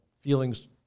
feelings